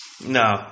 No